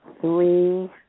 three